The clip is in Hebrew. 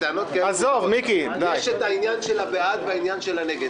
יש עניין הבעד ועניין הנגד,